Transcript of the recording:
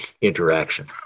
interaction